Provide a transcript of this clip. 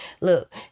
Look